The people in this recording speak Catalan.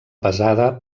pesada